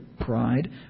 pride